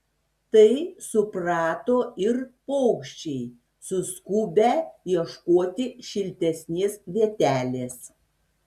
tai suprato ir paukščiai suskubę ieškoti šiltesnės vietelės